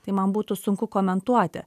tai man būtų sunku komentuoti